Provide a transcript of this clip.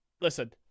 listen